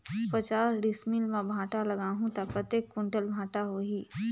पचास डिसमिल मां भांटा लगाहूं ता कतेक कुंटल भांटा होही?